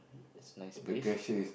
that's a nice place